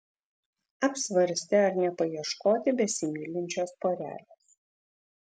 apsvarstė ar nepaieškoti besimylinčios porelės